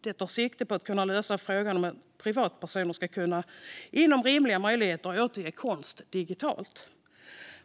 Det tar sikte på att kunna lösa frågan om att det ska finnas rimliga möjligheter för privatpersoner att återge konst digitalt.